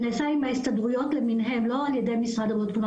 הוא נעשה עם הרשויות למיניהן כלומר לא על ידי משרד הבריאות.